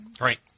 Right